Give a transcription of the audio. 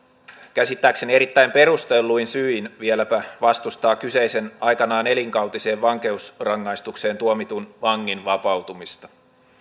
käsittääkseni erittäin perustelluin syin vastustaa kyseisen aikanaan elinkautiseen vankeusrangaistukseen tuomitun vangin vapautumista